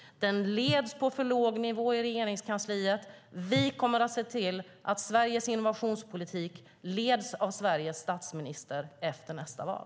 Den leds på för låg nivå i Regeringskansliet. Vi kommer att se till att Sveriges innovationspolitik leds av Sveriges statsminister efter nästa val.